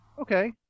okay